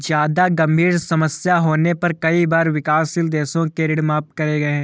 जादा गंभीर समस्या होने पर कई बार विकासशील देशों के ऋण माफ करे गए हैं